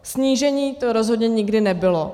Snížení to rozhodně nikdy nebylo.